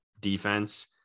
defense